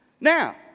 Now